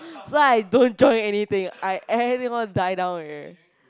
so I don't join anything I anyone die down already